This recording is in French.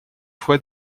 fois